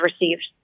received